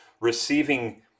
receiving